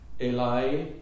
Eli